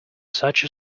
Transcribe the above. such